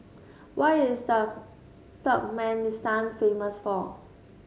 what is the Turkmenistan famous for